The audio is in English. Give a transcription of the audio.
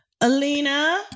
Alina